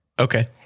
Okay